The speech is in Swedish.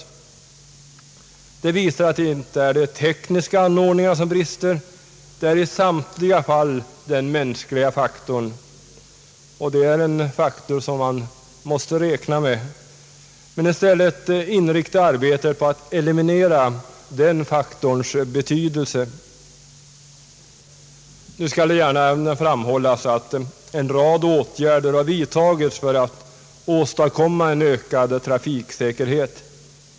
Undersökningen visar att det inte är de tekniska anordningarna som brister utan i samtliga fall den mänskliga faktorn. Det är en faktor som man måste räkna med. Arbetet måste inriktas på att eliminera betydelsen av den faktorn. Nu skall det gärna medges att en rad åtgärder har vidtagits för att åstadkomma en ökad trafiksäkerhet.